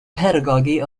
pedagogy